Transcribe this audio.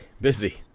Busy